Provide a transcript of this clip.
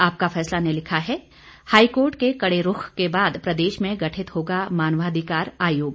आपका फैसला ने लिखा है हाईकोर्ट के कड़े रूख के बाद प्रदेश में गठित होगा मानवाधिकार आयोग